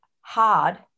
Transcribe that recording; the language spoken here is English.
hard